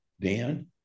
Dan